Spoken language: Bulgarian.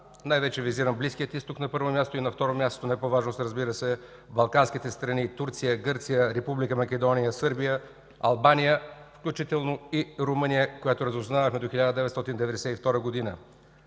най-вече визирам Близкия изток, на първо място. На второ място, не по важност, разбира се, балканските страни Турция, Гърция, Република Македония, Сърбия, Албания, включително и Румъния, в която разузнавахме до 1992 г.